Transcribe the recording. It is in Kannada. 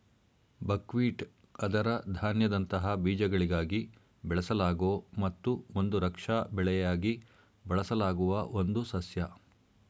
ಬಕ್ಹ್ವೀಟ್ ಅದರ ಧಾನ್ಯದಂತಹ ಬೀಜಗಳಿಗಾಗಿ ಬೆಳೆಸಲಾಗೊ ಮತ್ತು ಒಂದು ರಕ್ಷಾ ಬೆಳೆಯಾಗಿ ಬಳಸಲಾಗುವ ಒಂದು ಸಸ್ಯ